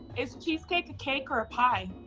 is cheesecake a cake, or a pie?